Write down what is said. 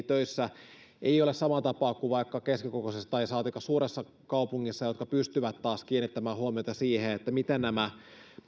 töissä samaan tapaan kuin vaikka keskikokoisessa tai saatikka suuressa kaupungissa semmoista henkilökuntaa virkamiehiä jotka pystyvät taas kiinnittämään huomiota siihen miten nämä